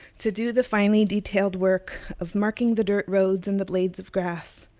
to do the finely detailed work of marking the dirt roads and the blades of grass,